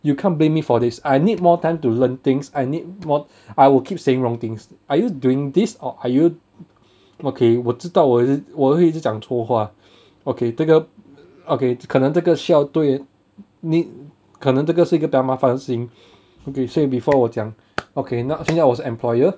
you can't blame me for this I need more time to learn things I need more I will keep saying wrong things are you doing this or are you okay 我知道我我会一直讲错话 okay 这个 okay 可能这个需要多一点你可能这个是一个麻烦事情 if you say it before 我讲 okay 现在我是 employer